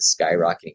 Skyrocketing